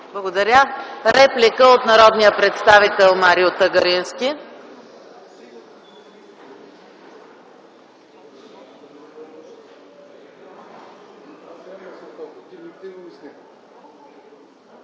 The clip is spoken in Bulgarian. Благодаря. Реплика от народния представител Марио Тагарински.